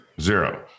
Zero